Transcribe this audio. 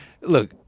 look